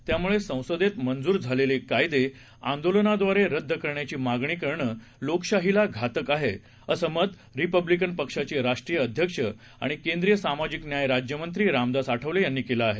त्यामुळे संसदेत मंजूर झालेले कायदे आंदोलनाद्वारे रद्द करण्याची मागणी करणं लोकशाहीला घातक आहे असं मत रिपब्लिकन पक्षाचे राष्ट्रीय अध्यक्ष आणि केंद्रीय सामाजिक न्याय राज्यमंत्री रामदास आठवले यांनी केलं आहे